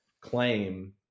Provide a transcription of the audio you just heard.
claim